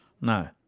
No